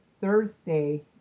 thursday